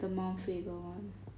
the mount faber [one]